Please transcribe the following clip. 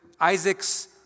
Isaac's